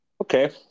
okay